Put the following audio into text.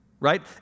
Right